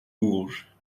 bourges